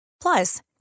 Plus